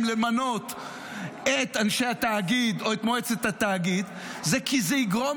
למנות את אנשי התאגיד או את מועצת התאגיד היא שזה יגרום